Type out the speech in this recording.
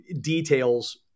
details